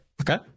okay